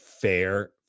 fair